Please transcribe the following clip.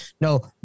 No